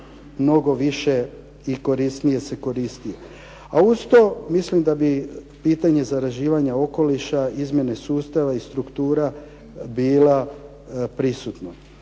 mnogo više i korisnije se koristi. A uz to mislim da bi pitanje zaraživanja okoliša, izmjene sustava i struktura bilo prisutno.